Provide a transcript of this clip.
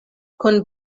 kun